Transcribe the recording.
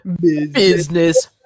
Business